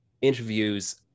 interviews